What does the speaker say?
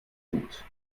gut